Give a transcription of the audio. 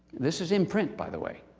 this is in print, by the way.